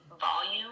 volume